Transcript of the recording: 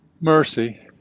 mercy